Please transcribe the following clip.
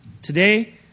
Today